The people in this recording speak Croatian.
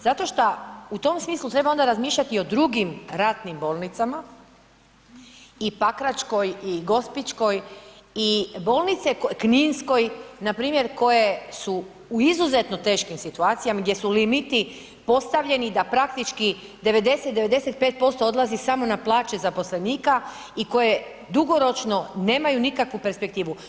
Zato šta u tom smislu treba onda razmišljati i o drugim ratnim bolnicama i Pakračkoj i Gospićkoj i bolnice, Kninskoj, npr. koje su u izuzetno teškim situacijama gdje su limiti postavljeni da praktički 90, 95% odlazi samo na plaće zaposlenika i koje dugoročno nemaju nikakvu perspektivu.